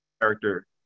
character